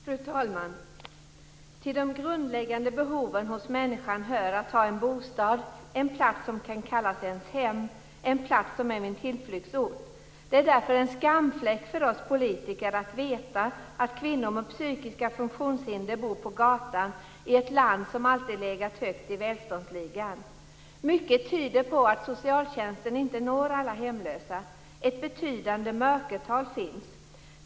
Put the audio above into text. Fru talman! Till de grundläggande behoven hos människan hör att ha en bostad, en plats som kan kallas ett hem, en plats som är min tillflyktsort. Det är därför en skamfläck för oss politiker att veta att kvinnor med psykiska funktionshinder bor på gatan i ett land som alltid legat högt i välståndsligan. Mycket tyder på att socialtjänsten inte når alla hemlösa. Ett betydande mörkertal finns.